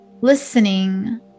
listening